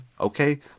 okay